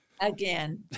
Again